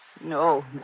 no